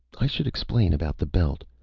i should explain about the belt.